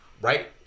right